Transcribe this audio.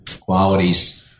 qualities